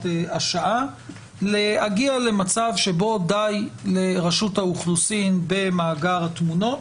השעה להגיע למצב שבו די לרשות האוכלוסין במאגר תמונות